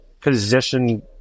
position